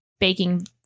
Baking